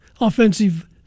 offensive